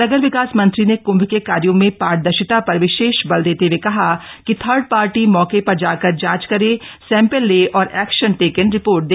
नगर विकास मंत्री ने कृम्भ के कार्यों में पारदर्शिता पर विशेष बल देते हुए कहा कि थर्डपार्टी मौके पर जाकर जांच करें सैम्पल लें औरएक्शन टेकन रिपोर्ट दे